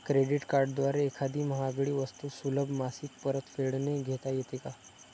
Credit कार्डद्वारे एखादी महागडी वस्तू सुलभ मासिक परतफेडने घेता येते का?